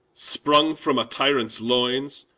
sprung from a tyrant's loins!